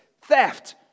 theft